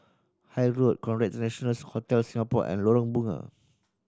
Hythe Road Conrad International Hotel Singapore and Lorong Bunga